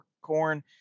corn